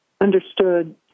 understood